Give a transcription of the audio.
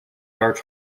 arch